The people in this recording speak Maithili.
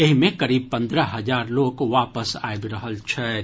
एहि मे करीब पंद्रह हजार लोक वापस आबि रहल छथि